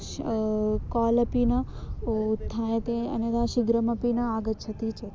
श् काल् अपि न उत्थाप्यते अन्यथा शीघ्रमपि न आगच्छति चेत्